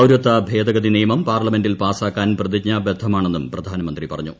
പൌരത്വ ഭേദഗതി നിയമം പാർലമെന്റിൽ പാസാക്കാൻ പ്രതിജ്ഞാബദ്ധമാണെന്നും പ്രധാനമന്ത്രി പറഞ്ഞു